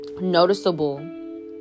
noticeable